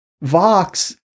Vox